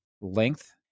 length